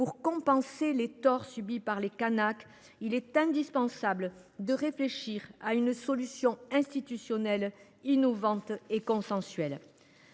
Pour compenser les torts subis par les Kanaks, il est indispensable de réfléchir à une solution institutionnelle innovante et consensuelle.